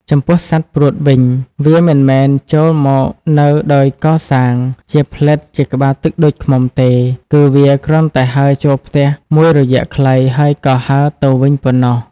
ចំពោះសត្វព្រួតវិញ វាមិនមែនចូលមកនៅដោយកសាងជាផ្លិតជាក្បាលទឹកដូចឃ្មុំទេ គឺវាគ្រាន់តែហើរចូលផ្ទះមួយរយៈខ្លីហើយក៏ហើរទៅវិញប៉ុណ្ណោះ។